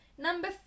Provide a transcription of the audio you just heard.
Number